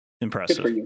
impressive